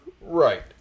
Right